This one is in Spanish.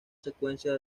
secuencia